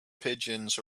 pigeons